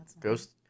ghost